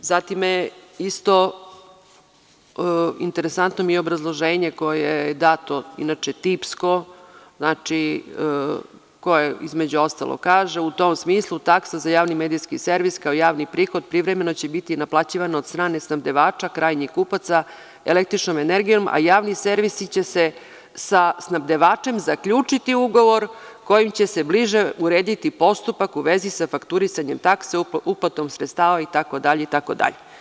Interesantno mi je obrazloženje koje je dato, a inače je tipsko, koje, između ostalog, kaže: „U tom smislu taksa za javni medijski servis kao javni prihod privremeno će biti naplaćivan od strane snabdevača, krajnjih kupaca, električnom energijom, a javni servisi će sa snabdevačem zaključiti ugovor kojim će se bliže urediti postupak u vezi sa fakturisanjem takse, uplatom sredstava“, itd, itd.